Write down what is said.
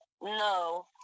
no